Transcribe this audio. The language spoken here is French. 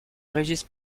régis